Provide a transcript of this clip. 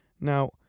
Now